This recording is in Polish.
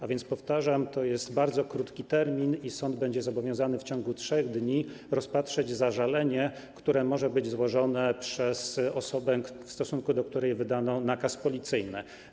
A więc powtarzam: to jest bardzo krótki termin, sąd będzie zobowiązany w ciągu 3 dni rozpatrzyć zażalenie, które może być złożone przez osobę, w stosunku do której wydano nakaz policyjny.